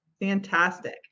Fantastic